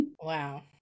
Wow